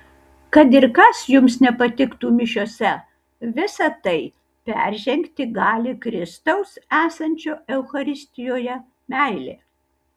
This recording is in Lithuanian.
kad ir kas jums nepatiktų mišiose visa tai peržengti gali kristaus esančio eucharistijoje meilė